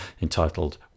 entitled